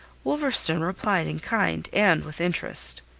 wolverstone replied in kind and with interest.